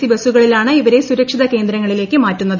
C ബസുകളിലാണ് ഇവരെ സുരക്ഷിത കേന്ദ്രങ്ങളിലേക്ക് മാറ്റുന്നത്